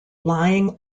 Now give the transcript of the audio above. lying